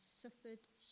suffered